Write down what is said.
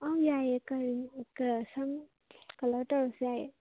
ꯑꯧ ꯌꯥꯏꯌꯦ ꯁꯝ ꯀꯂꯔ ꯇꯧꯔꯁꯨ ꯌꯥꯏꯌꯦ